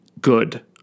good